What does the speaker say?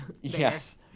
Yes